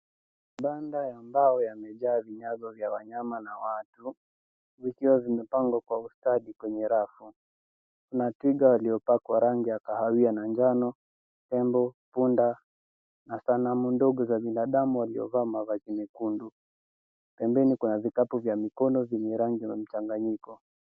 Mabanda ya mbao yamejaa vinyagu vya wanyama na watu zikiwa zimepangwa kwa usadi kwenye rafu. Kuna twiga waliopakwa rangi ya kahawia na njano, tembo, punda, na sanamu ndogo za binadamu waliovaa mavazi mekundu. Pembeni kuna vikapu vya mikono vyenye rangi ya mchangiko.